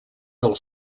del